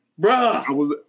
Bruh